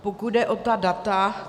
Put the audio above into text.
Pokud jde o ta data.